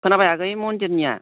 खोनाबाय आगै मन्दिरनिया